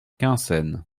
quinssaines